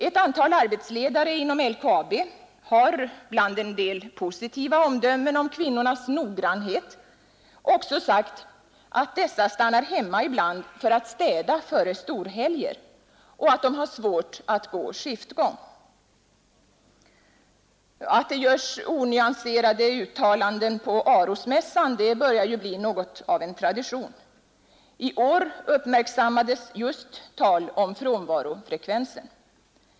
Ett antal arbetsledare inom LKAB har bland en del positiva omdömen om kvinnornas noggrannhet också sagt att dessa stannar hemma ibland för att städa före storhelger och att de har svårt att gå skiftgång. Att det görs onyanserade uttalanden på Arosmässan börjar ju bli något av en tradition. I år uppmärksammades just tal om frånvarofrekvensen.